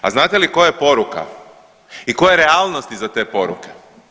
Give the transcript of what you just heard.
A znate li koja je poruka i koja je realnost iza te poruke?